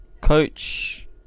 Coach